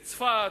צפת,